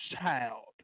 child